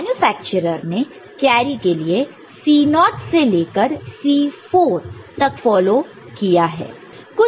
manufacturer ने carry के लिए C0 नॉट naught से लेकर C4 तक फॉलो करता है